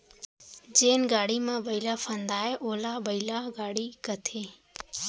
जेन गाड़ी म बइला फंदाये ओला बइला गाड़ी कथें